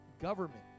government